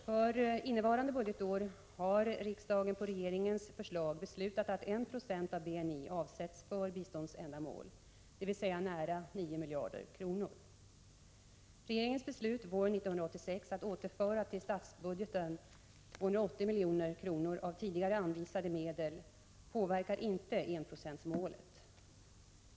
För innevarande budgetår har riksdagen på regeringens förslag beslutat att 1 90 av BNI avsätts för biståndsändamål, dvs. nära 9 miljarder kronor. Regeringens beslut våren 1986 att återföra till statsbudgeten 280 milj.kr. av tidigare anvisade medel påverkar inte enprocentsmålet.